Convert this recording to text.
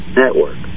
network